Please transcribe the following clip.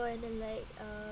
and then like uh